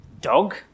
dog